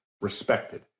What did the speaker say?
respected